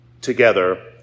together